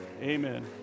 Amen